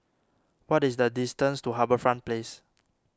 what is the distance to HarbourFront Place